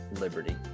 liberty